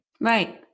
Right